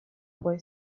boy